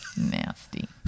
nasty